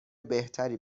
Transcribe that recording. بهتری